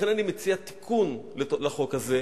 לכן אני מציע תיקון לחוק הזה: